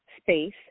space